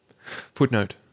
Footnote